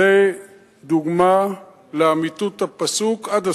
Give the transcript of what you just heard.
זו דוגמה לאמיתות הפסוק עד הסוף.